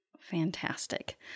Fantastic